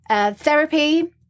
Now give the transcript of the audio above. Therapy